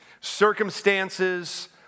Circumstances